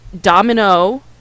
domino